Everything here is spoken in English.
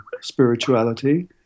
spirituality